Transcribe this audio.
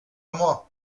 moi